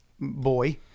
boy